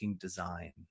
design